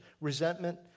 resentment